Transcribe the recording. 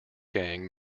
gang